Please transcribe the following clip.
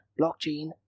blockchain